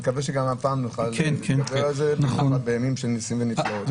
נקווה שגם הפעם נוכל להתגבר על זה בימים של ניסים ונפלאות.